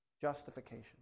Justification